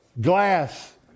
glass